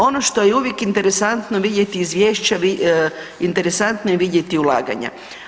Ono što je uvijek interesantno, vidjeti izvješća, interesantno je vidjeti ulaganja.